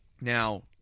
Now